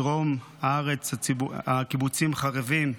בדרום הארץ הקיבוצים חרבים.